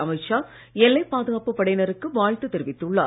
அமீத் ஷா எல்லைப் பாதுகாப்புப் படையினருக்கு வாழ்த்து தெரிவித்துள்ளார்